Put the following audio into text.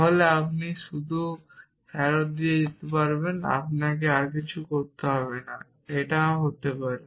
তাহলে আপনি শুধু থিটা ফেরত দিতে পারবেন আপনাকে আর কিছু করতে হবে না এমনটাও হতে পারে